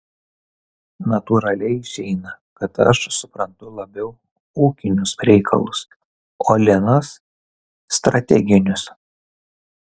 natūraliai išeina kad aš suprantu labiau ūkinius reikalus o linas strateginius